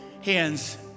hands